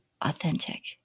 authentic